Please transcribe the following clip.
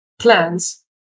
plans